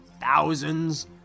thousands